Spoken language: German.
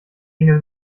engel